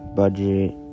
budget